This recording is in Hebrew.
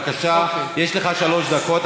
בבקשה, יש לך שלוש דקות.